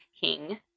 king